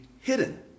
hidden